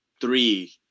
Three